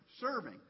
serving